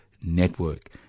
Network